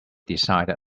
decided